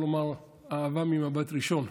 אפשר לומר, אהבה ממבט ראשון.